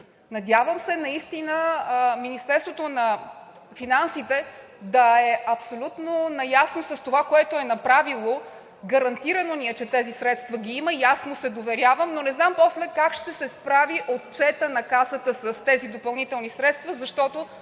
Надявам се наистина Министерството на финансите да е абсолютно наясно с това, което е направило, гарантирало ни е, че тези средства ги има и аз му се доверявам. Не знам после как ще се справи отчетът на Касата с тези допълнителни средства, защото